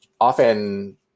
Often